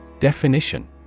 Definition